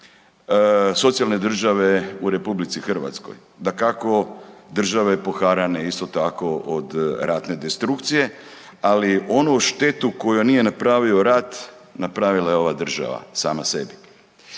socijalne države u RH, dakako države poharane isto tako od ratne destrukcije, ali onu štetu koju nije napravio rat napravila je ova država sama sebi.